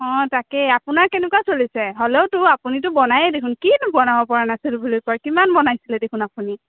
অঁ তাকেই আপোনাৰ কেনেকুৱা চলিছে হ'লেওটো আপুনিটো বনাইয়ে দেখোন কিনো বনাব পৰা নাছিলোঁ বুলি কয় কিমান বনাইছিলে দেখোন আপুনি